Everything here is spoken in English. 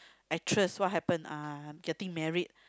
actress what happen uh getting married